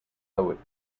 poet